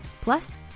Plus